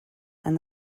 and